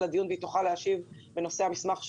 והיא תוכל להשיב בנושא המסמך שלה.